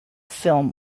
film